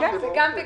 זה גם וגם.